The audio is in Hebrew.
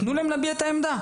תנו להם להביע את העמדה.